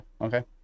Okay